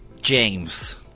James